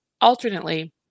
alternately